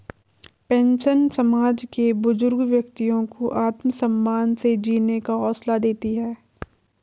pension समाज के बुजुर्ग व्यक्तियों को आत्मसम्मान से जीने का हौसला देती है